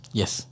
yes